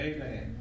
Amen